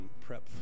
prep